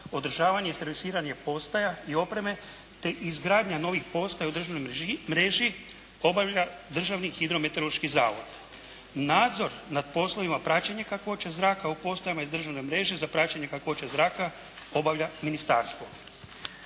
održavanje i servisiranje postaja i opreme, te izgradnja novih postaja u državnoj mreži obavlja Državni hidrometeorološki zavod. Nadzor nad poslovima praćenja kakvoće zraka u postajama iz državne mreže za praćenje kakvoće zraka obavlja ministarstvo.